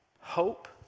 Hope